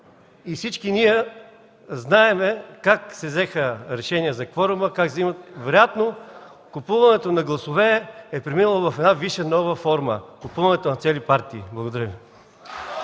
Всички ние знаем как се взеха решения за кворум. Вероятно купуването на гласове е преминало в една нова висша форма – купуването на цели партии. Благодаря.